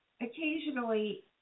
Occasionally